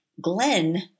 Glenn